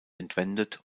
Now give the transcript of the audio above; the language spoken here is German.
entwendet